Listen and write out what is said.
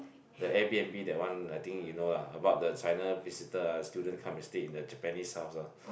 the Air b_n_b that one I think you know lah about the China visitor ah student come and sleep in the Japanese house lah